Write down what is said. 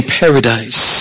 paradise